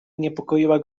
niepokoiła